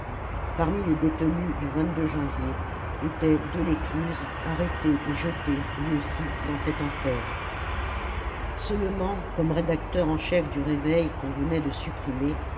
parmi les détenus du janvier était delescluze arrêté et jeté lui aussi dans cet enfer seulement comme rédacteur en chef du réveil qu'on venait de supprimer